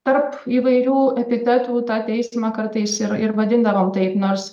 tarp įvairių epitetų tą teismą kartais ir ir vadindavom taip nors